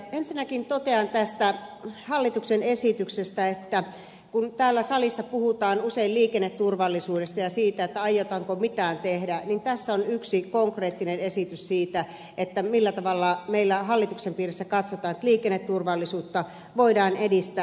ensinnäkin totean tästä hallituksen esityksestä että kun täällä salissa puhutaan usein liikenneturvallisuudesta ja siitä aiotaanko mitään tehdä niin tässä on yksi konkreettinen esitys siitä millä tavalla meillä hallituksen piirissä katsotaan että liikenneturvallisuutta voidaan edistää